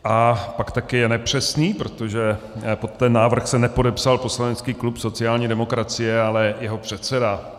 A pak také je nepřesný, protože pod ten návrh se nepodepsal poslanecký klub sociální demokracie, ale jeho předseda.